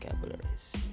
vocabularies